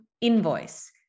invoice